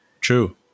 True